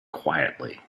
quietly